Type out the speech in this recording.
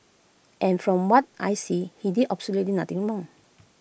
and from what I see he did absolutely nothing wrong